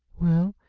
well,